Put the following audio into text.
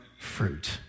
fruit